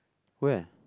where